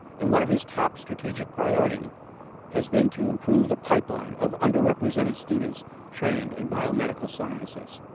and one of his top strategic priorities has been to improve the pipeline of underrepresented students trained in biomedical sciences.